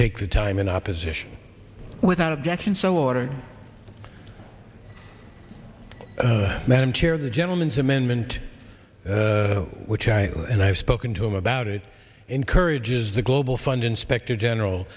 take the time in opposition without objection so order madam chair the gentleman's amendment which i and i've spoken to him about it encourages the global fund inspector general